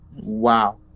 wow